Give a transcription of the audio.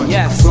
Yes